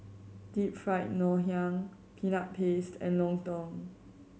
Deep Fried Ngoh Hiang Peanut Paste and lontong